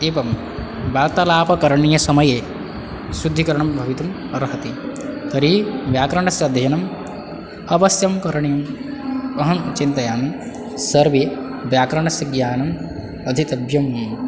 एवं वार्तलापकरणीयसमये शुद्धिकरणं भवितुम् अर्हति तर्हि व्याकरणस्य अध्ययनं अवश्यं करणीयं अहं चिन्तयामि सर्वे व्याकरणस्य ज्ञानम् अधितव्यम्